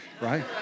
right